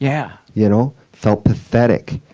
yeah y'know? felt pathetic.